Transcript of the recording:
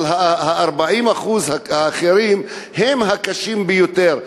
אבל ה-40% האחרים הם הקשים ביותר,